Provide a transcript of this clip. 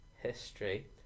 history